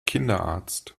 kinderarzt